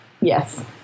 Yes